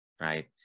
right